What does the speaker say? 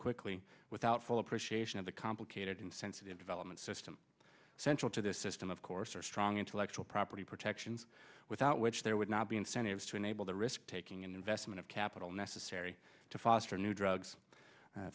quickly without full appreciation of the complicated and sensitive development system central to this system of course are strong intellectual property protections without which there would not be incentives to enable the risk taking and investment of capital necessary to foster new drugs